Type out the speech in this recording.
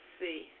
see